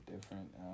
different